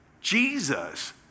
Jesus